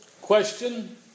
question